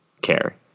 care